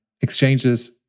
exchanges